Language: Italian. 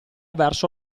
verso